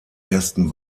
ersten